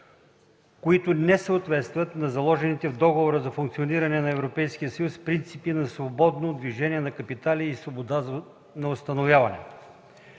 които не съответстват на заложените в Договора за функциониране на Европейския съюз принципи на свободно движение на капитали и свобода на установяване.